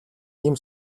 ийм